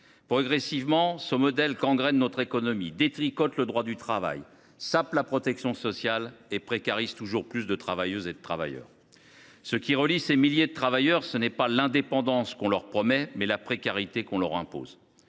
Progressivement, ce modèle gangrène notre économie, détricote le droit du travail, sape la protection sociale et précarise toujours plus de travailleuses et de travailleurs. Ce qui relie ces milliers de travailleurs, c’est non pas l’indépendance qu’on leur promet, mais la précarité qu’on leur impose.